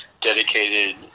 dedicated